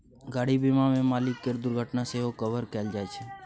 गाड़ी बीमा मे मालिक केर दुर्घटना सेहो कभर कएल जाइ छै